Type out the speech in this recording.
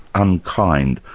unkind,